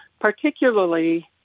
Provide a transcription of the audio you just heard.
particularly